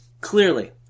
Clearly